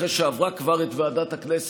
אחרי שעברה כבר את ועדת הכנסת,